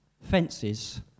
fences